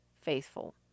faithful